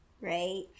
right